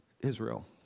Israel